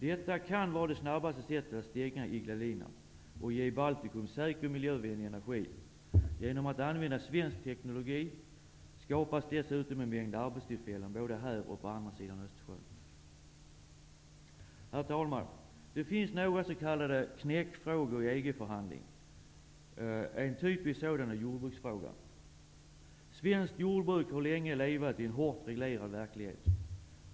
Detta kan vara det snabbaste sättet att stänga Ignalina och att ge Baltikum säker och miljövänlig energi. Genom att använda svensk teknologi skapas dessutom en mängd arbetstillfällen både här och på andra sidan Östersjön. Herr talman! Det finns några s.k. knäckfrågor i EG-förhandlingarna. En typisk sådan är jordbruksfrågan. Svenskt jordbruk har länge levt i en starkt reglerad verklighet.